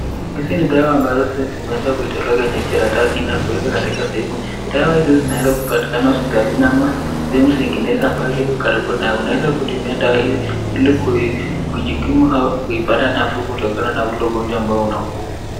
Hizi ni dawa ambazo zimeweza kutolewa kwenye karatasi na kuweka kwenye sehemu. Dawa hizi zinaweza kupatikana hospitalini ama sehemu zingine ambazo ziko karibu nayo. Unaweza kuitumia dawa hii ili kujikimu au kuipata nafuu kutokana na ile ugonjwa ambayo inakuuma.